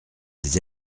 des